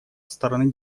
стороны